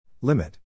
Limit